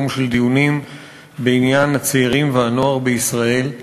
יום של דיונים בעניין הצעירים והנוער בישראל.